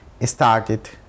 started